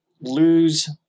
lose